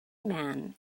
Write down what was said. man